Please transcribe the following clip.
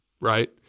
right